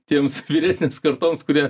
tiems vyresnėms kartoms kurie